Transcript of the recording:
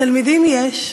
תלמידים יש.